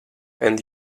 and